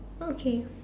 okay